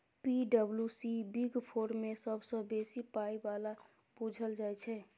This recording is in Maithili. पी.डब्ल्यू.सी बिग फोर मे सबसँ बेसी पाइ बला बुझल जाइ छै